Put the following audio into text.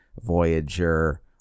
Voyager